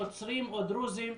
נוצרים או דרוזים.